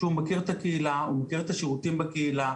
שהוא מגיע לאותה הקהילה והוא מכיר את השירותים בקהילה,